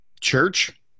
church